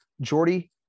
Jordy